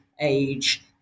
age